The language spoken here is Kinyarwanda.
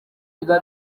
biba